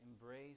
embrace